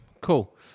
cool